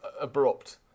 abrupt